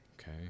okay